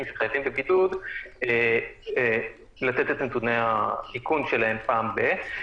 שחייבים בבידוד לתת את נתוני האיכון שלהם פעם ב-?